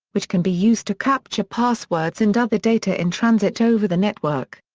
which can be used to capture passwords and other data in transit over the network.